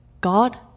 God